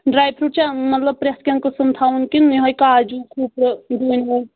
dry fruit چھا مطلب پرٮ۪تھ کینٛہہ قٕسٕم تھاوُن کِنہٕ یوٚہَے کاجوٗ کھوٗپرٕ ڈوٗنۍ ووٗنۍ